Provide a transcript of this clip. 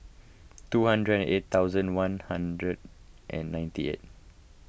two hundred and eight thousand one hundred and ninety eight